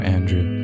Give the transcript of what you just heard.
Andrew